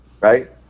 Right